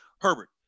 Herbert